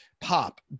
pop